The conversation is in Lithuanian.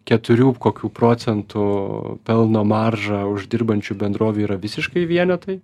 keturių kokių procentų pelno maržą uždirbančių bendrovių yra visiškai vienetai